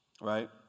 right